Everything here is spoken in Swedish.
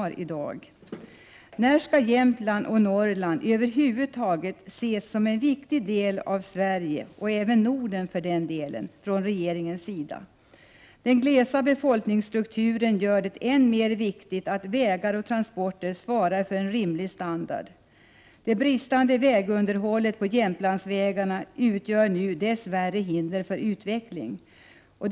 När skall regeringen börja se Jämtland, ja, Norrland över huvud taget, som en viktig del av Sverige och för den delen även av Norden? Att regionen är glest befolkad gör att det är särskilt viktigt att vägar och transporter har en rimlig standard. Det bristfälliga vägunderhållet i Jämtland utgör dess värre ett hinder för utvecklingen.